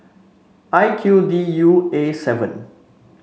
I Q D U A seven